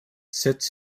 sits